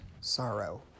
sorrow